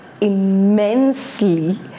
immensely